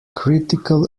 critical